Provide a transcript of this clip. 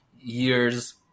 years